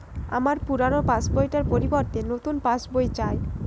আমার পুরানো পাশ বই টার পরিবর্তে নতুন পাশ বই চাই